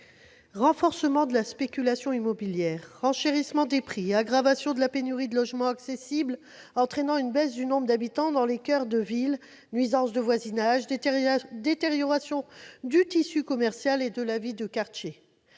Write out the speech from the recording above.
Renforcement de la spéculation immobilière, renchérissement des prix, aggravation de la pénurie de logements accessibles entraînant une baisse du nombre d'habitants dans les coeurs de ville, nuisances de voisinage, détérioration du tissu commercial et de la vie de quartier